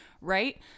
Right